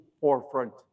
forefront